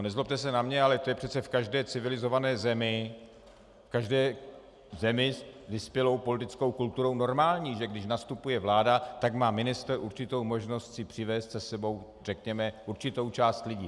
Nezlobte se na mě, ale to je přece v každé civilizované zemi, v každé zemi s vyspělou politickou kulturou, normální, že když nastupuje vláda, tak má ministr určitou možnost si přivést s sebou určitou část lidí.